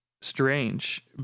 strange